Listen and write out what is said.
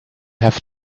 have